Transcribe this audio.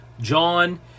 John